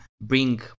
bring